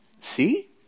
see